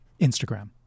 Instagram